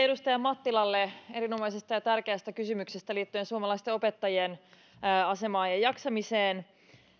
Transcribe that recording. edustaja mattilalle erinomaisesta ja tärkeästä kysymyksestä liittyen suomalaisten opettajien asemaan ja jaksamiseen